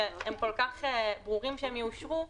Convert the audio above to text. שכל כך ברורים שיאושרו,